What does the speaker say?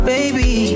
Baby